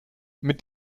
mit